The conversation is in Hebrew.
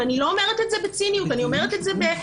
ואני לא אומרת את זה בציניות אלא אני אומרת את זה באמת,